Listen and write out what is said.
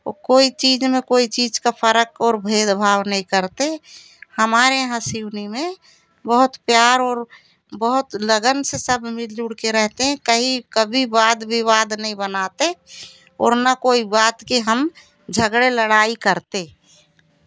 कोई चीज़ में कोई चीज़ का फरक और भेदभाव नहीं करते हमारे यहाँ सिवनी में बहुत प्यार और बहुत लगन से सब मिल जुल के रहते हैं कहीं कभी बाद विवाद नहीं बनाते और ना कोई बात की हम झगड़े लड़ाई करते